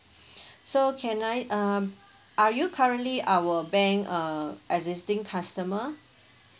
so can I um are you currently our bank err existing customer